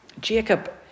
Jacob